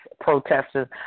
protesters